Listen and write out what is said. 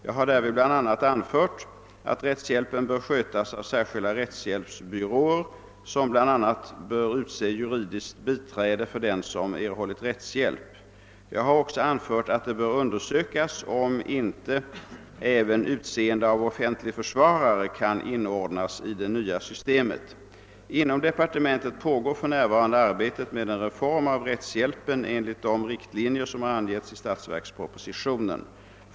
Jag har därvid bl.a. anfört att rättshjälpen bör skötas av särskilda rättshjälpsbyråer, som bl.a. bör utse juridiskt biträde för den som erhållit rättshjälp. Jag har också anfört att det bör undersökas om inte även utseende av offentlig försvarare kan inordnas i det nya systemet. Inom departementet pågår för närvarande arbetet med en reform av rättshjälpen enligt de riktlinjer som har angetts i statsverkspropositionen.